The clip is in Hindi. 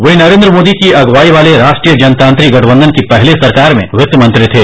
वे नरेन्द्र मोदी की अगुवाई वाले राष्ट्रीय जनतांत्रिक गठबंघन की पहली सरकार में वित्तमंत्री थे